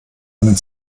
einen